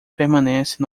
permanece